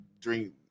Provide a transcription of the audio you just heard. drink